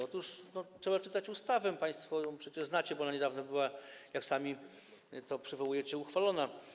Otóż trzeba czytać ustawę, państwo przecież ją znacie, bo ona niedawno była, jak sami to przywołujecie, uchwalona.